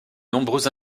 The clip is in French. nombreux